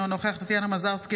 אינו נוכח טטיאנה מזרסקי,